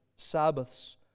sabbaths